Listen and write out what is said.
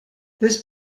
this